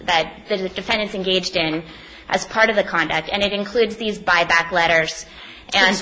that the defendants engaged in as part of the contract and it includes these buyback letters and